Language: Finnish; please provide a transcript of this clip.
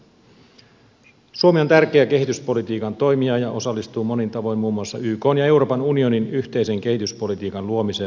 suomi on tärkeä kehityspolitiikan toimija ja osallistuu monin tavoin muun muassa ykn ja euroopan unionin yhteisen kehityspolitiikan luomiseen